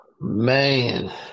Man